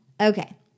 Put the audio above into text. Okay